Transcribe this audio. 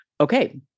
okay